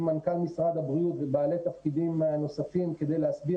מנכ"ל משרד הבריאות ובעלי תפקידים נוספים כדי להסביר